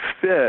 fit